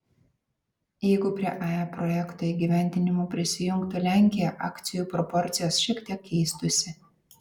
jeigu prie ae projekto įgyvendinimo prisijungtų lenkija akcijų proporcijos šiek tiek keistųsi